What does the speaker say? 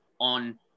on